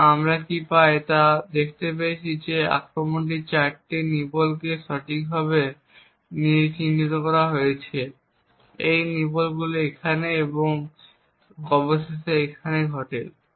তাহলে আমরা কী পাই আমরা দেখতে পেয়েছি যে আক্রমণটি 4 টি নিবলকে সঠিকভাবে চিহ্নিত করেছে যে এই নিবলগুলি এখানে এবং অবশেষে এখানে ঘটে